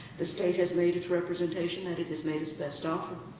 the state has made its representation and it has made its best offer,